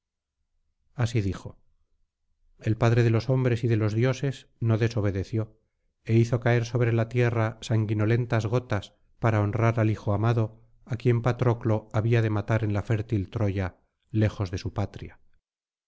así dijo el padre de los hombres y de los dioses no desobedeció é hizo caer sobre la tierra sanguinolentas gotas para honrar al hijo amado á quien patroclo había de matar en la fértil troya lejos de su patria